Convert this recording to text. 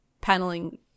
paneling